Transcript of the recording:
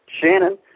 Shannon